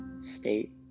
state